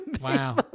Wow